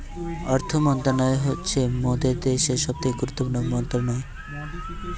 অর্থ মন্ত্রণালয় হচ্ছে মোদের দ্যাশের সবথেকে গুরুত্বপূর্ণ মন্ত্রণালয়